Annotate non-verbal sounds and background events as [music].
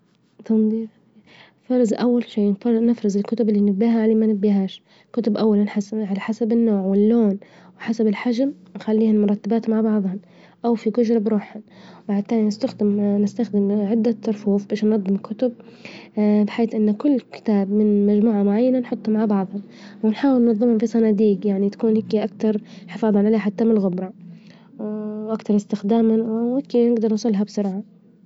تنظيف- فرز أول شي نفرز الكتب إللي نبيها وإللي ما نبيهاش، الكتب أولا على حسب النوع واللون وحسب الحجم نخليهن مرتبات مع بعظهن، أوفي كل شي بروحهن بعد تالي نستخدم [hesitation] نستخدم [hesitation] عدة رفوف باش ننظم كتب، [hesitation] بحيث إن كل كتاب من مجموعة معينة نحطه مع بعظه، ونحاول ننظمهم في صناديج يعني تكون هيك أكتر حفاظا عليها حتى من الغبرة، [hesitation] وأكتر استخداما نجدر نوصلها بسرعة.